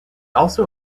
also